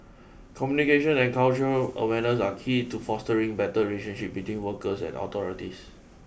communication and cultural awareness are key to fostering better relationship between workers and authorities